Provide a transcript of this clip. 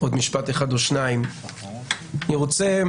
עוד משפט או שניים אני רוצה,